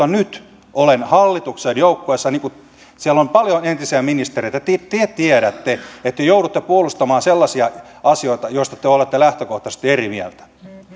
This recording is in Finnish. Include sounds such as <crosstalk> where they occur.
<unintelligible> nyt olen hallituksen joukkueessa siellä on paljon entisiä ministereitä te tiedätte että te joudutte puolustamaan sellaisia asioita joista te olette lähtökohtaisesti eri mieltä